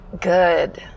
good